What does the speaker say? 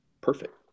perfect